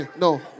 No